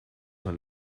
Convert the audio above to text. een